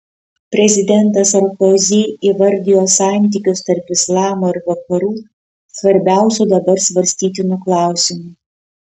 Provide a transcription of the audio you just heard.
prezidentas sarkozi įvardijo santykius tarp islamo ir vakarų svarbiausiu dabar svarstytinu klausimu